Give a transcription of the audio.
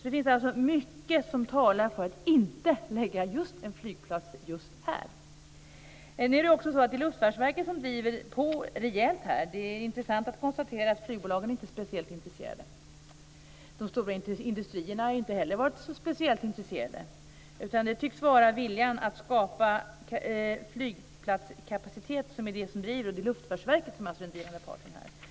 Det finns alltså mycket som talar för att inte lägga en flygplats just här. Det är Luftfartsverket som driver på rejält här. Det är intressant att konstatera att flygbolagen inte är speciellt intresserade. De stora industrierna har inte heller varit så speciellt intresserade. Det tycks vara viljan att skapa flygplatskapacitet som driver, och det är alltså Luftfartsverket som är den drivande parten.